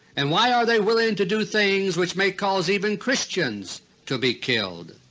and why are they willing to do things which may cause even christians to be killed?